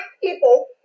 people